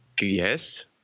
Yes